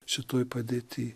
šitoj padėty